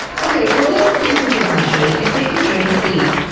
okay, well this brings me to a question. if they can drink and eat,